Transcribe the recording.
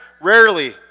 rarely